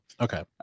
Okay